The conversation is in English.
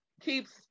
keeps